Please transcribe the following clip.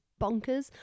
bonkers